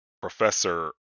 Professor